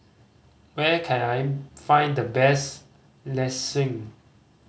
where can I find the best Lasagne